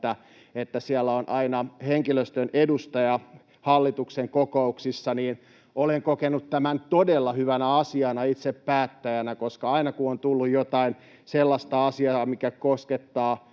että siellä on aina henkilöstön edustaja hallituksen kokouksissa, niin olen kokenut tämän todella hyvänä asiana itse päättäjänä, koska aina kun on tullut jotain sellaista asiaa, mikä koskettaa